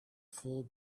full